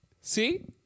See